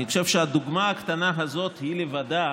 אני חושב שהדוגמה הקטנה הזאת היא לבדה,